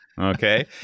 Okay